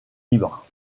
libre